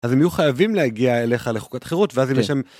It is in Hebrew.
אז הם יהיו חייבים להגיע אליך לחוקת חירות, ואז אם יש שם...